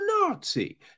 Nazi